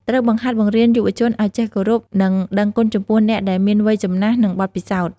ត្រូវបង្ហាត់បង្រៀនយុវជនឲ្យចេះគោរព និងដឹងគុណចំពោះអ្នកដែលមានវ័យចំណាស់ និងបទពិសោធន៍។